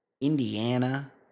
Indiana